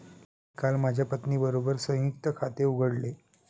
मी काल माझ्या पत्नीबरोबर संयुक्त खाते उघडले